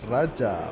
Raja